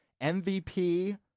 MVP